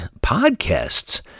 podcasts